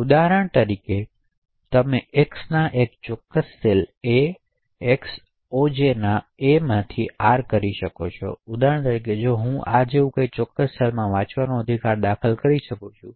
ઉદાહરણ તરીકે તમે X ના એક ચોક્કસ સેલ A X OJ ના A માં R કરી શકો છો ઉદાહરણ તરીકે હું આ જેવા કોઈ ચોક્કસ સેલમાં વાંચવાનો અધિકાર દાખલ કરી શકું છું